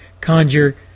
conjure